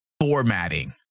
formatting